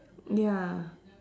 ya